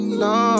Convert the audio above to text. no